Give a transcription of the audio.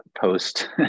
post